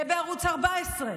זה בערוץ 14,